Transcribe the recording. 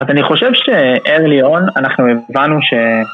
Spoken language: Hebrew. אני חושב שארליון, אנחנו הבנו ש...